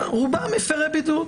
רובם מפרי בידוד.